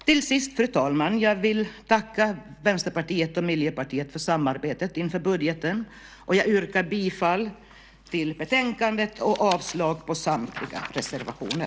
Till sist vill jag tacka Vänsterpartiet och Miljöpartiet för samarbetet inför budgeten, och jag yrkar bifall till förslaget i utskottets betänkande och avslag på samtliga reservationer.